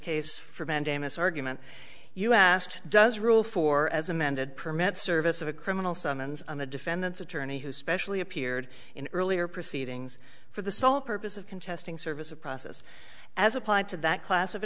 case for mandamus argument you asked does rule for as amended permit service of a criminal summons on a defendant's attorney who specially appeared in earlier proceedings for the sole purpose of contesting service of process as applied to that class of